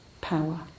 power